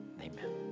amen